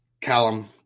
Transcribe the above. Callum